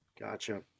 Gotcha